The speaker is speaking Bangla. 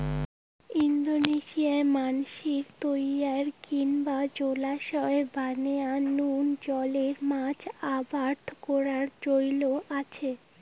ইন্দোনেশিয়াত মানষির তৈয়ার করাং জলাশয় বানেয়া নুন জলের মাছ আবাদ করার চৈল আচে